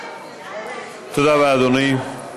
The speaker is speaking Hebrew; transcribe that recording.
תודה רבה, אדוני.